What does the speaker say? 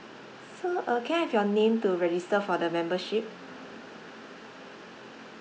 so uh can I have your name to register for the membership